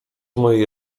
mojej